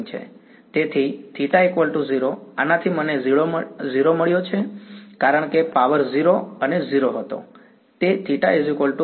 તેથી θ 0 આનાથી મને 0 મળ્યો કારણ કે પાવર 0 અને 0 હતો